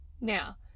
Now